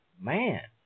Man